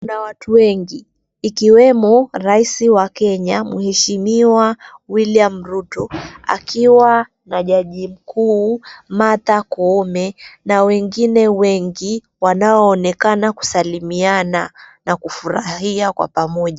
Kuna watu wengi ikiwemo raisi wa kenya mheshimiwa William Ruto akiwa na jaji mkuu Martha Koome na wengine wengi wanaonekana kusalimiana na kufurahia kwa pamoja.